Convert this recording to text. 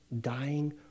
dying